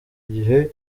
igihe